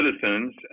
citizens